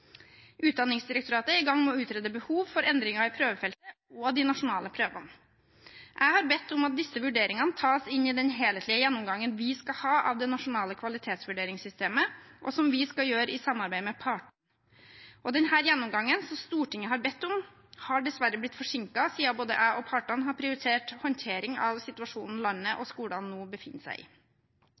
Utdanningsdirektoratet er i gang med å utrede behov for endringer i prøvefeltet og de nasjonale prøvene. Jeg har bedt om at disse vurderingene tas inn i den helhetlige gjennomgangen vi skal ha av det nasjonale kvalitetsvurderingssystemet, og som vi skal gjøre i samarbeid med partene. Denne gjennomgangen, som Stortinget har bedt om, har dessverre blitt forsinket, siden både jeg og partene har prioritert håndtering av situasjonen landet og skolene nå befinner seg i.